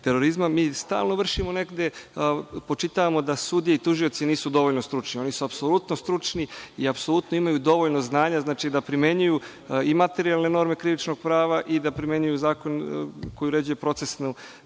Mi stalno vršimo negde, spočitavamo da sudije i tužioci nisu dovoljno stručni. Oni su apsolutno stručni i apsolutno imaju dovoljno znanja da primenjuju i materijalne norme Krivičnog prava i da primenjuju zakon koji uređuje procesni